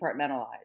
departmentalized